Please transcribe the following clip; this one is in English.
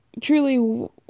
truly